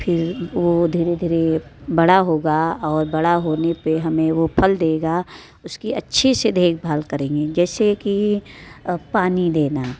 फिर वो धीरे धीरे बड़ा होगा और बड़ा होने पे हमें वो फल देगा उसकी अच्छी से देखभाल करेंगे जैसे कि पानी देना